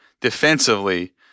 defensively